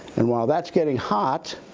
and while that's getting hot,